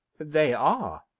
they are,